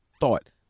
thought